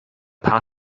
paar